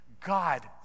God